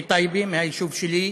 מטייבה, מהיישוב שלי,